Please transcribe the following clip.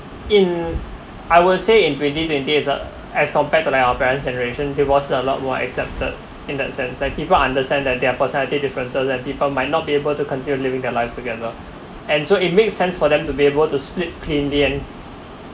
in I will say in twenty twenty as uh as compared to like our parents generation divorced a lot more accepted in that sense that people understand that their personality differences and people might not be able to continue living their lives together and so it makes sense for them to be able to split cleanly and